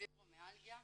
פיברומיאלגיה,